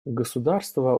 государства